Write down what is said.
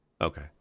Okay